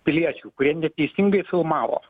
piliečių kurie neteisingai filmavo